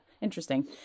interesting